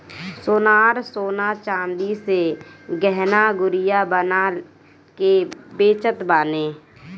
सोनार सोना चांदी से गहना गुरिया बना के बेचत बाने